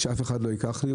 שאף אחד לא ייקח לי.